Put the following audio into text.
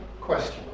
question